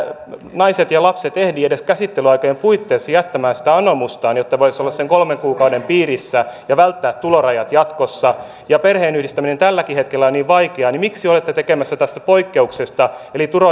naiset ja lapset ehdi edes käsittelyaikojen puitteissa jättämään sitä anomustaan jotta he voisivat olla sen kolmen kuukauden piirissä ja välttää tulorajat jatkossa kun perheenyhdistäminen tälläkin hetkellä on niin vaikeaa niin miksi olette tekemässä tästä poikkeuksesta eli